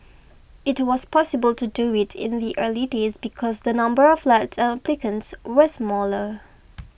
it was possible to do it in the early days because the number of flats and applicants were smaller